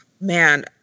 man